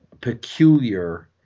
peculiar